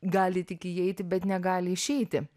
gali tik įeiti bet negali išeiti